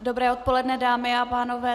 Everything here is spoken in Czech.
Dobré odpoledne, dámy a pánové.